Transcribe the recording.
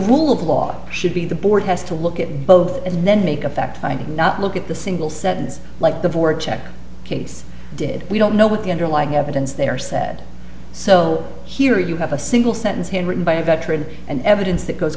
rule of law should be the board has to look at both and then make a fact finding not look at the single sentence like the board check case did we don't know what the underlying evidence there said so here you have a single sentence handwritten by a veteran and ever to that goes